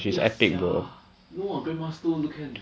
ya sia no ah grandma also can